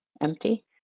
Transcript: empty